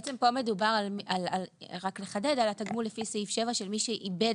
כאן מדובר על התגמול לפי סעיף 7 של מי שאיבד